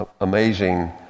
amazing